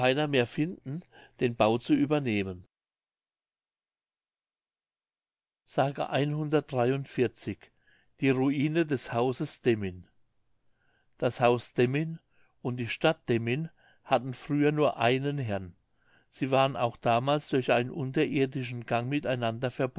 mehr finden den bau zu übernehmen mündlich die ruine des hauses demmin das haus demmin und die stadt demmin hatten früher nur einen herrn sie waren auch damals durch einen unterirdischen gang